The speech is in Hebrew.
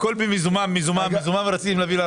הכול במזומן ורצים להביא.